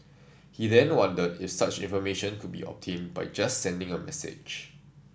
he then wondered if such information could be obtained by just sending a message